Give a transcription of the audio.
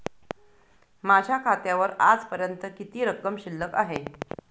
माझ्या खात्यावर आजपर्यंत किती रक्कम शिल्लक आहे?